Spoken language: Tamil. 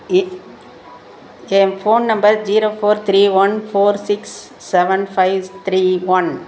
இ என் phone number zero four three one four six seven five ஸ் த்ரீ ஒன்